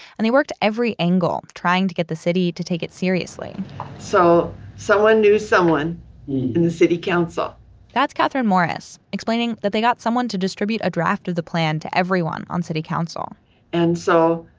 and they worked every angle trying to get the city to take it seriously so someone knew someone in the city council that's catherine morris explaining that they got someone to distribute a draft of the plan to everyone on city council and so,